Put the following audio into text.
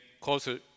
closer